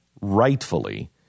rightfully